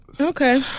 Okay